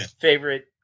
favorite